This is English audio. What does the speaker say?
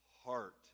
heart